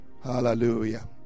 Hallelujah